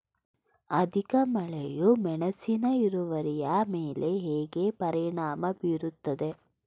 ಅಧಿಕ ಮಳೆಯು ಮೆಣಸಿನ ಇಳುವರಿಯ ಮೇಲೆ ಹೇಗೆ ಪರಿಣಾಮ ಬೀರುತ್ತದೆ?